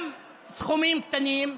גם סכומים קטנים,